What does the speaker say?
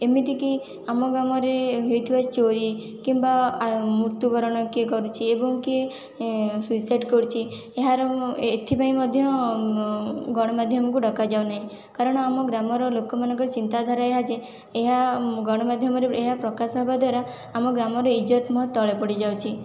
ଏମିତିକି ଆମ ଗ୍ରାମରେ ହୋଇଥିବା ଚୋରି କିମ୍ବା ମୃତ୍ୟୁବରଣ କିଏ କରିଛି ଏବଂ କିଏ ସୁଇସାଇଡ଼ କରିଛି ଏହାର ଏଥିପାଇଁ ମଧ୍ୟ ଗଣମାଧ୍ୟମକୁ ଡକା ଯାଉ ନାହିଁ କାରଣ ଆମ ଗ୍ରାମର ଲୋକମାନଙ୍କ ଚିନ୍ତାଧାରା ଏହା ଯେ ଏହା ଗଣମାଧ୍ୟମରେ ଏହା ପ୍ରକାଶ ହେବା ଦ୍ୱାରା ଆମ ଗ୍ରାମର ଇଜ୍ଜତ ମହତ ତଳେ ପଡ଼ି ଯାଉଛି